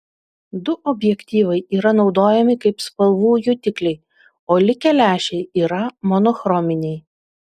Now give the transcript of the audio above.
du objektyvai yra naudojami kaip spalvų jutikliai o likę lęšiai yra monochrominiai